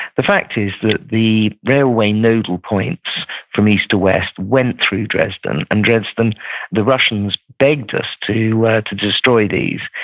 the fact is that the railway nodal points from east to west went through dresden um and the russians begged us to to destroy these,